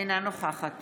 אינה נוכחת